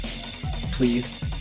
Please